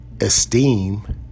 Esteem